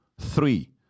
three